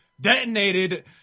detonated